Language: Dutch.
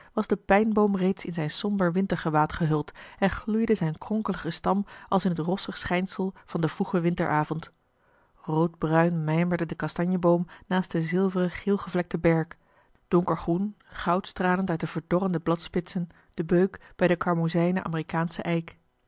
was de pijnboom reeds in zijn somber wintergewaad gehuld en gloeide zijn kronkelige stam als in het rossig schijnsel van den vroegen winteravond roodbruin mijmerde de kastanjeboom naast den zilveren geelgevlekten berk donkergroen goud stralend uit de verdorrende marcellus emants een drietal novellen bladspitsen de beuk bij den karmozijnen amerikaanschen eik